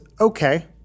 Okay